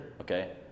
Okay